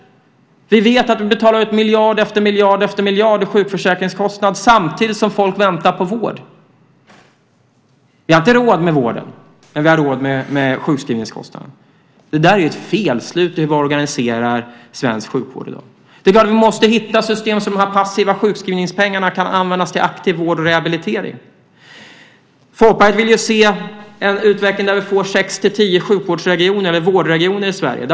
Vi vet att vi betalar ut miljard, efter miljard, efter miljard i sjukförsäkringskostnad samtidigt som människor väntar på vård. Vi har inte råd med vården, men vi har råd med sjukskrivningskostnaden. Det är ett felslut i hur vi organiserar svensk sjukvård i dag. Vi måste hitta system så att de passiva sjukskrivningspengarna kan användas till aktiv vård och rehabilitering. Folkpartiet vill se en utveckling där vi får sex-tio sjukvårdsregioner eller vårdregioner i Sverige.